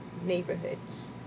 neighborhoods